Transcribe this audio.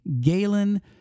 Galen